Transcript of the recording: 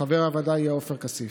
חבר הוועדה יהיה עופר כסיף.